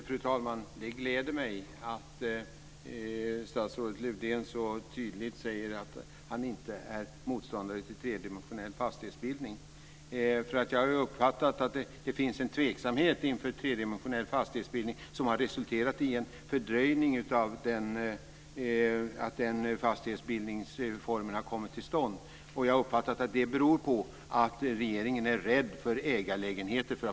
Fru talman! Det gläder mig att statsrådet Lövdén så tydligt säger att han inte är motståndare till tredimensionell fastighetsbildning. Jag har uppfattat att det finns en tveksamhet inför tredimensionell fastighetsbildning som har resulterat i en fördröjning av att den fastighetsbildningsformen kommer till stånd. Jag har uppfattat att det beror på att regeringen är rädd för ägarlägenheter.